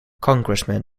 congressman